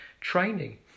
training